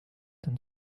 dann